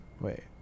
Wait